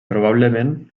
probablement